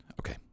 Okay